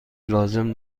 لازم